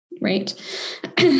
right